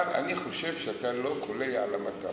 אבל אני חושב שאתה לא קולע למטרה.